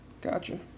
gotcha